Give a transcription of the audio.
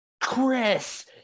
Chris